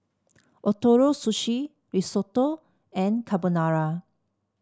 Ootoro Sushi Risotto and Carbonara